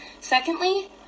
Secondly